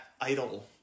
idol